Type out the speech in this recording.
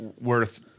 worth